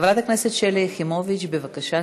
חברת הכנסת שלי יחימוביץ, בבקשה,